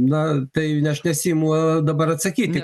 na tai aš nesiimu dabar atsakyti